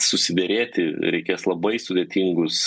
susiderėti reikės labai sudėtingus